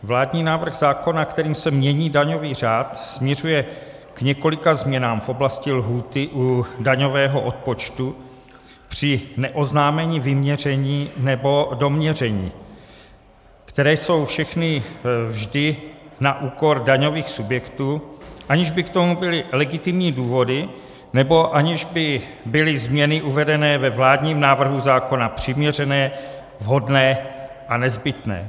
Vládní návrh zákona, kterým se mění daňový řád, směřuje k několika změnám v oblasti lhůty u daňového odpočtu při neoznámení vyměření nebo doměření, které jsou všechny vždy na úkor daňových subjektů, aniž by k tomu byly legitimní důvody nebo aniž by byly změny uvedené ve vládním návrhu zákona přiměřené, vhodné a nezbytné.